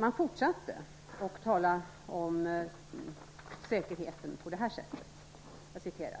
Man fortsatte med att tala om säkerheten på det här sättet: